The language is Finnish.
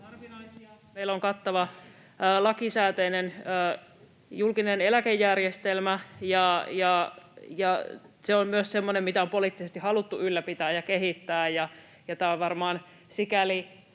harvinaisia. Meillä on kattava lakisääteinen julkinen eläkejärjestelmä, ja se on myös semmoinen, mitä on poliittisesti haluttu ylläpitää ja kehittää. Tämä on varmaan sikäli